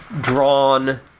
drawn